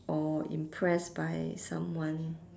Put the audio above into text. or impressed by someone